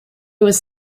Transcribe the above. was